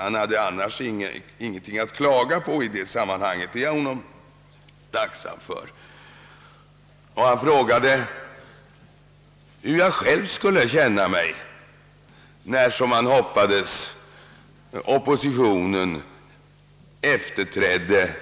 Han hade annars ingenting att klaga på i det sammanhanget, och det är jag honom tacksam för. Han frågade hur jag själv i motsvarande situation skulle känna mig när, som han hoppades, oppositionen efterträtt